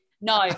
No